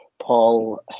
Paul